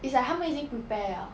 it's like 他们已经 prepare liao